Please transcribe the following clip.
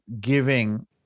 giving